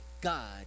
God